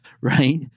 right